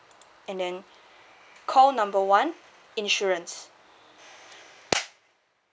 and then call number one insurance